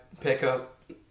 Pickup